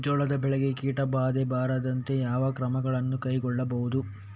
ಜೋಳದ ಬೆಳೆಗೆ ಕೀಟಬಾಧೆ ಬಾರದಂತೆ ಯಾವ ಕ್ರಮಗಳನ್ನು ಕೈಗೊಳ್ಳಬಹುದು?